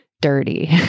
Dirty